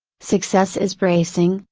success is bracing,